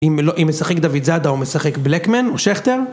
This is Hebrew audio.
אם לא, אם משחק דוד זדה או משחק בלקמן או שכטר?